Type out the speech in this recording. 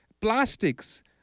plastics